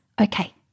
Okay